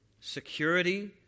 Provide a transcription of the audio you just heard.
security